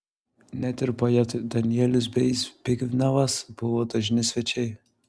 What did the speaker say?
net ir poetai danielius bei zbignevas buvo dažni svečiai